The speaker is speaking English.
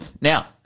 Now